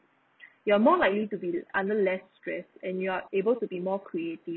you're more likely to be under less stress and you're able to be more creative